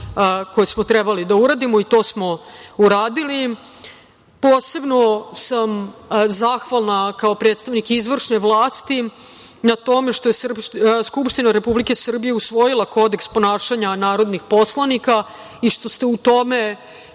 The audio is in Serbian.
koje smo trebali da uradimo i to smo uradili. Posebno sam zahvalna kao predstavnik izvršne vlasti na tome što je Skupština Republike Srbije usvojila Kodeks ponašanja narodnih poslanika i što ste u tome